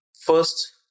First